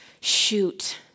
shoot